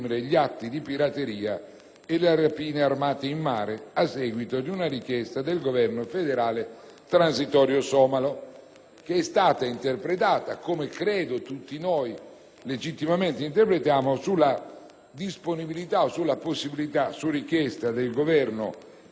e le rapine armate in mare a seguito di una richiesta del Governo federale transitorio somalo, che è stata interpretata - come credo tutti noi legittimamente interpretiamo - come disponibilità o possibilità, su richiesta del Governo transitorio somalo, di